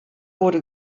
wurde